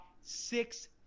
six